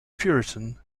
puritan